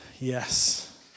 yes